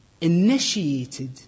initiated